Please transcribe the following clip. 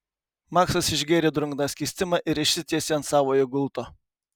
maksas išgėrė drungną skystimą ir išsitiesė ant savojo gulto